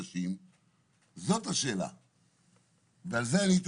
הוא פוגע באנשים שהטיפול בהם היה פחות דחוף.